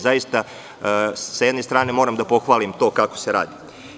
Zaista, sa jedne strane moram da pohvalim to kako se radi.